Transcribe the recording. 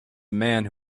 man